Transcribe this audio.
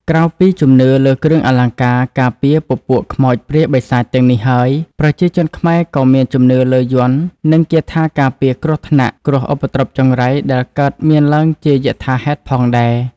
ក្រៅពីជំនឿលើគ្រឿងអលង្ការការពារពពួកខ្មោចព្រាយបិសាចទាំងនេះហើយប្រជាជនខ្មែរក៏មានជំនឿលើយ័ន្តនិងគាថាការពារគ្រោះថ្នាក់គ្រោះឧបទ្រុបចង្រៃដែលកើតមានឡើងជាយថាហេតុផងដែរ